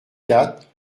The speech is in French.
quatre